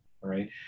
right